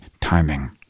timing